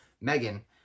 Megan